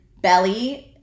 belly